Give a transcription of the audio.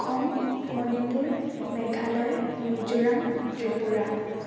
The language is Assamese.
অসম মণিপুৰ মেঘালয় মিজোৰাম ত্ৰিপুৰা